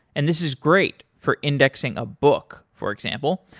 and this is great for indexing a book, for example.